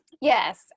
Yes